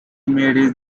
made